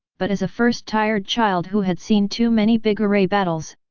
but as a first-tired childe who had seen too many big array battles,